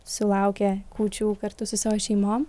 sulaukę kūčių kartu su savo šeimom